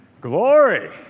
Glory